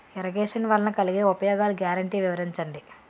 Irrigation వలన కలిగే ఉపయోగాలు గ్యారంటీ వివరించండి?